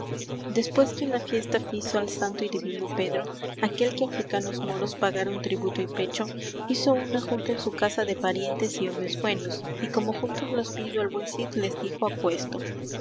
después que una fiesta fizo al santo y divino pedro aquel que africanos moros pagaron tributo y pecho hizo una junta en su casa de parientes y homes buenos y como juntos los vido el buen cid les dijo aquesto